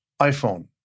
iPhone